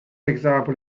example